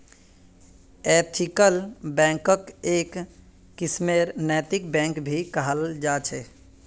ethical बैंकक् एक किस्मेर नैतिक बैंक भी कहाल जा छे